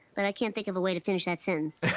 but i can't think of a way to finish that sentence.